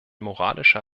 moralischer